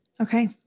Okay